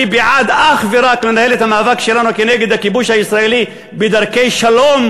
אני בעד לנהל את המאבק שלנו כנגד הכיבוש הישראלי אך ורק בדרכי שלום.